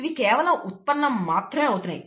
ఇవి కేవలం ఉత్పన్నం మాత్రమే అవుతున్నాయి